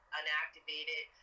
unactivated